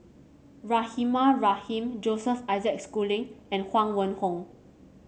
Rahimah Rahim Joseph Isaac Schooling and Huang Wenhong